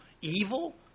evil